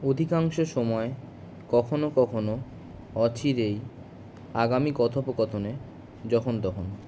অধিকাংশ সময় কখনো কখনো অচিরেই আগামী কথোপকথনে যখন তখন